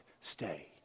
stay